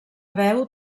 veu